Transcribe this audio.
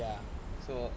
ya so